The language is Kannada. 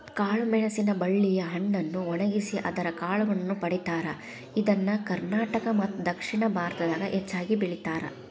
ಕಾಳಮೆಣಸಿನ ಬಳ್ಳಿಯ ಹಣ್ಣನ್ನು ಒಣಗಿಸಿ ಅದರ ಕಾಳುಗಳನ್ನ ಪಡೇತಾರ, ಇದನ್ನ ಕರ್ನಾಟಕ ಮತ್ತದಕ್ಷಿಣ ಭಾರತದಾಗ ಹೆಚ್ಚಾಗಿ ಬೆಳೇತಾರ